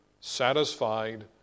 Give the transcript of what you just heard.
satisfied